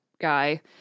guy